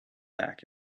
back